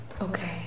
Okay